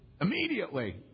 Immediately